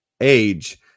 age